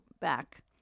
back